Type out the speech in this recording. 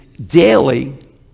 daily